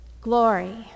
glory